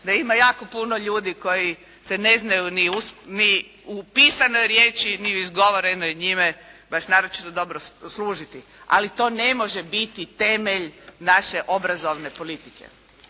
da ima jako puno ljudi koji se ne znaju ni u pisanoj riječi, ni u izgovorenoj njime baš naročito dobro služiti, ali to ne može biti temelj naše obrazovne politike.